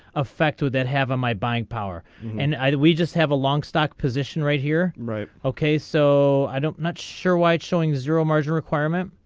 a fact to then have a my buying power and i did we just have a long stock position right here right okay so i don't not sure why it showing zero margin requirement.